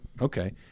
okay